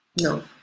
No